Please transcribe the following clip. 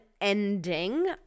ending